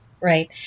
right